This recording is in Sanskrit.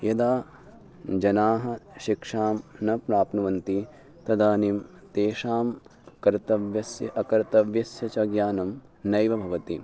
यदा जनाः शिक्षां न प्राप्नुवन्ति तदानीं तेषां कर्तव्यस्य अकर्तव्यस्य च ज्ञानं नैव भवति